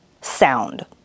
sound